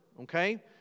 okay